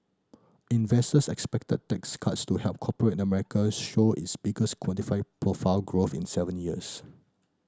investors expect tax cuts to help corporate America show its biggest quantify profit growth in seven years